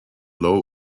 low